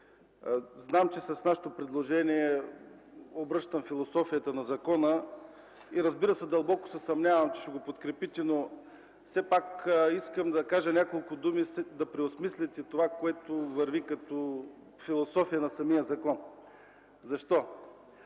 Знам, че с нашето предложение обръщаме философията на закона и, разбира се, дълбоко се съмнявам, че ще го подкрепите, но все пак искам да кажа няколко думи, за да преосмислите това, което върви като философия на самия закон. Защо?